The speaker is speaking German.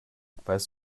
weißt